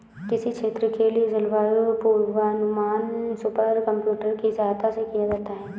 किसी क्षेत्र के लिए जलवायु पूर्वानुमान सुपर कंप्यूटर की सहायता से किया जाता है